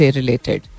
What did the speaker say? related